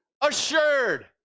assured